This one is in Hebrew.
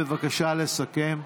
בבקשה לסכם.